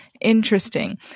interesting